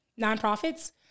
nonprofits